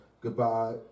goodbye